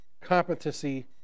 competency